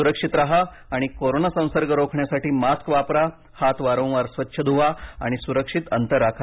सुक्षित राहा आणि कोरोना संसर्ग रोखण्यासाठी मास्क वापरा हात वारंवार स्वच्छ धुवा आणि सुरक्षित अंतर राखा